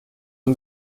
اون